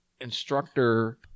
instructor